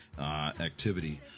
activity